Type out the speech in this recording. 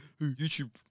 YouTube